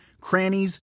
crannies